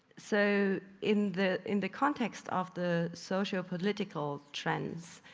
so in the in the context of the socio-political trends,